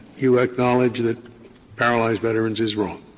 you acknowledge that paralyzed veterans is wrong